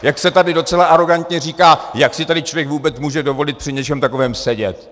Jak se tady docela arogantně říká, jak si tady člověk vůbec může dovolit při něčem takovém sedět?